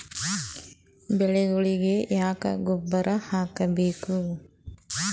ಬೆಳಿಗೊಳಿಗಿ ಯಾಕ ಗೊಬ್ಬರ ಹಾಕಬೇಕು?